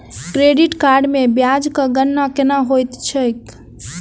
credit card मे ब्याजक गणना केना होइत छैक